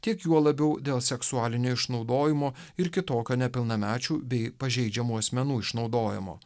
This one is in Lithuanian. tiek juo labiau dėl seksualinio išnaudojimo ir kitokio nepilnamečių bei pažeidžiamų asmenų išnaudojimo